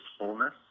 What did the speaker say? wholeness